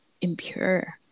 impure